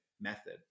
method